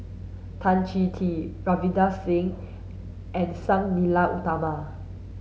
Tan Chong Tee Ravinder Singh and Sang Nila Utama